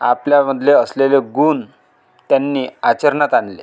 आपल्यामध्ये असलेले गुण त्यांनी आचरणात आणले